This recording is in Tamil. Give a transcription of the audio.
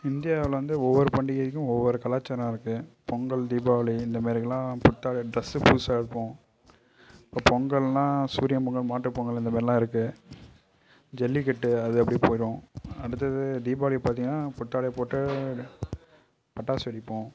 இந்தியாவில் வந்து ஒவ்வொரு பண்டிகைக்கும் ஒவ்வொரு கலாச்சாரம் இருக்குது பொங்கல் தீபாவளி இந்தமாதிரில்லாம் புத்தாடை டிரஸ்ஸு புதுசாக எடுப்போம் அப்புறம் பொங்கல்னால் சூரியன் பொங்கல் மாட்டுப்பொங்கல் இந்தமாதிரிலாம் இருக்குது ஜல்லிக்கட்டு அது அப்படி போய்டும் அடுத்தது தீபாவளி பார்த்திங்கனா புத்தாடை போட்டு பட்டாசு வெடிப்போம்